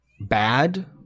bad